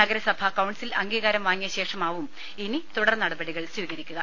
നഗരസഭാ കൌൺസിൽ അംഗ്വീകാർം വാങ്ങിയശേഷമാവും ഇനി തുടർനടപടികൾ സ്വീകരിക്കുക